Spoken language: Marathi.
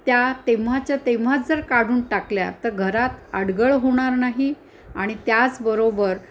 त्या तेव्हाच्या तेंव्हाच जर काढून टाकल्या तर घरात अडगळ होणार नाही आणि त्याचबरोबर